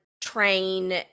train